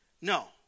No